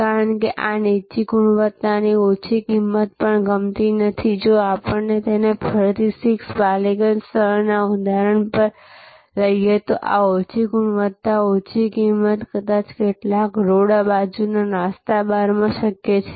કારણ કે આ નીચી ગુણવત્તાની ઓછી કિંમત પણ ગમતી નથી જો આપણે તેને ફરીથી 6 બાલીગંજ સ્થળના ઉદાહરણ પર લઈએ તો આ ઓછી ગુણવત્તા ઓછી કિંમત કદાચ કેટલાક રોડ બાજુ નાસ્તા બારમાં શક્ય છે